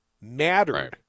mattered